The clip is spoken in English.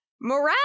Morale